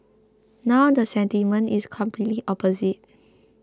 now the sentiment is completely opposite